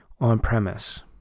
on-premise